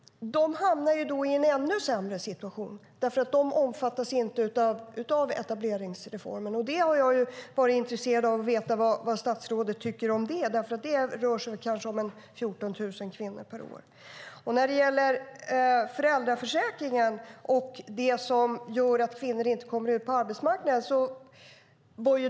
De hamnar i en ännu sämre situation eftersom de inte omfattas av etableringsreformen. Jag har varit intresserad att få veta vad statsrådet tycker om det. Det rör sig om ca 14 000 kvinnor per år. Statsrådet säger att det är föräldraförsäkringen som gör att kvinnor inte kommer ut på arbetsmarknaden.